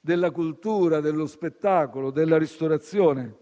della cultura, dello spettacolo, della ristorazione.